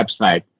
website